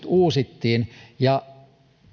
uusittiin ja